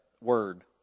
word